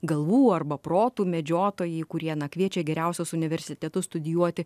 galvų arba protų medžiotojai kurie na kviečia į geriausius universitetus studijuoti